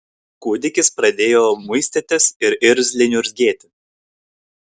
kūdikis pradėjo muistytis ir irzliai niurzgėti